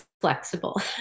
flexible